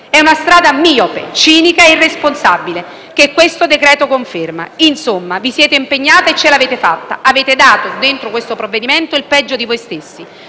È una strada miope, cinica e irresponsabile che questo provvedimento conferma. Insomma, vi siete impegnati e ce l'avete fatta; avete dato con questo provvedimento il peggio di voi stessi,